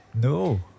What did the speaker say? No